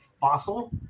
fossil